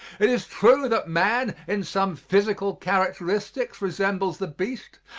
it is true that man, in some physical characteristics resembles the beast,